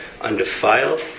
undefiled